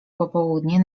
popołudnie